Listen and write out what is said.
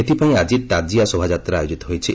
ଏଥିପାଇଁ ଆକି ତାଜିଆ ଶୋଭାଯାତ୍ରା ଆୟୋକିତ ହୋଇଛି